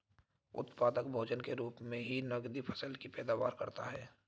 उत्पादक भोजन के रूप मे भी नकदी फसल की पैदावार करता है